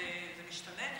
זה משתנה.